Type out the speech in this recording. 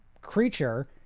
creature